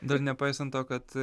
dar nepaisant to kad